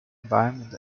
environment